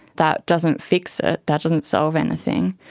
that doesn't fix it, that doesn't solve anything.